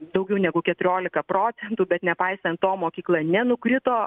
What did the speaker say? daugiau negu keturiolika procentų bet nepaisant to mokykla nenukrito